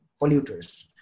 polluters